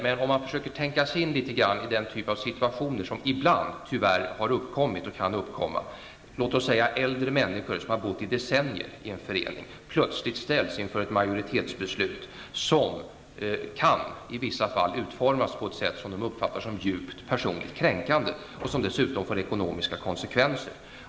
Men låt oss ändå försöka tänka oss litet grand in i en sådan situation som tyvärr ibland kan uppkomma, att äldre människor som decennier har bott i en bostadsförening plötsligt ställs inför ett majoritetsbeslut som i vissa fall har utformats på ett sätt som kan uppfattas som djupt personligt kränkande och som dessutom får ekonomiska konsekvenser.